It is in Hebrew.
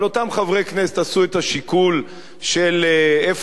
אבל אותם חברי כנסת עשו את השיקול של איפה